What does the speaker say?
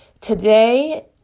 Today